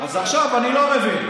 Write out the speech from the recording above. אז עכשיו אני לא מבין.